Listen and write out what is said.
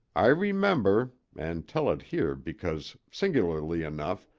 i remember and tell it here because, singularly enough,